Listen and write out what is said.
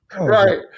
Right